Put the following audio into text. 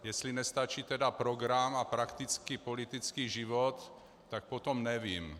Jestli teda nestačí program a praktický politický život, tak potom nevím.